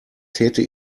täte